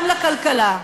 גם לכלכלה.